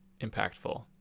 impactful